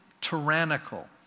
tyrannical